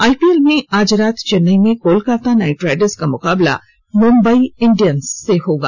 IPL में आज रात चेन्नई में कोलकाता नाइटराइडर्स का मुकाबला मुम्बई इंडियन्स से होगा